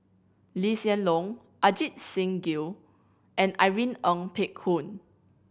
Lee Hsien Loong Ajit Singh Gill and Irene Ng Phek Hoong